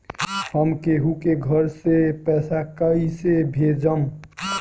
हम केहु के घर से पैसा कैइसे भेजम?